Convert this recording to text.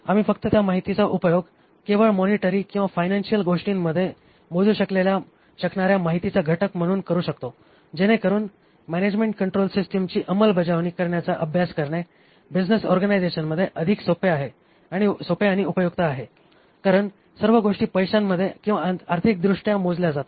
आम्ही फक्त त्या माहितीचा उपयोग केवळ मॉनिटरी किंवा फायनान्शियल गोष्टींमध्ये मोजू शकणार्या माहितीचा घटक म्हणून करू शकतो जेणेकरून मॅनॅजमेन्ट कंट्रोल सिस्टिमची अंमलबजावणी करण्याचा अभ्यास करणे बिझनेस ऑर्गनायझेशनमध्ये अधिक सोपे आणि उपयुक्त आहे कारण सर्व गोष्टी पैश्यांमध्ये किंवा आर्थिकदृष्ट्या मोजल्या जातात